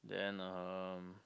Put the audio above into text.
then um